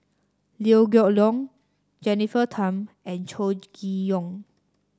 Liew Geok Leong Jennifer Tham and Chow Chee Yong